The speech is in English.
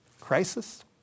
crisis